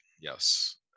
yes